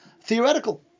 theoretical